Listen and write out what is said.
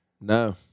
No